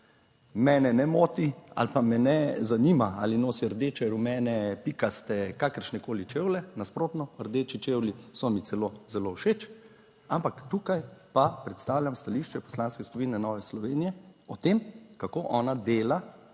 Mene ne moti ali pa me ne zanima ali nosi rdeče, rumene, pikaste, kakršnekoli čevlje. Nasprotno, rdeči čevlji so mi celo zelo všeč. Ampak tukaj pa predstavljam stališče Poslanske skupine Nove Slovenije o tem, kako ona dela